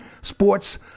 Sports